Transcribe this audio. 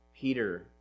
Peter